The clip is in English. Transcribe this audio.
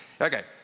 Okay